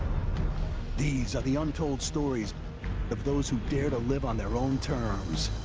these are the untold stories of those who dare to live on their own terms.